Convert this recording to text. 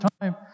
time